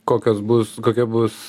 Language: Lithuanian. kokios bus kokia bus